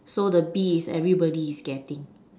so the B is everybody is getting